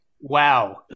Wow